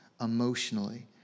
emotionally